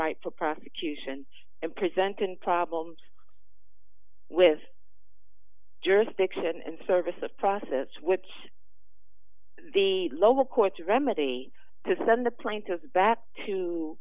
right for prosecution and present in problems with jurisdiction and service of process which the local court to remedy to send the plaintiff back